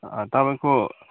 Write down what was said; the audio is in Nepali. तपाईँको